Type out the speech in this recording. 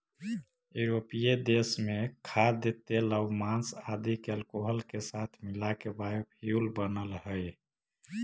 यूरोपीय देश में खाद्यतेलआउ माँस आदि के अल्कोहल के साथ मिलाके बायोफ्यूल बनऽ हई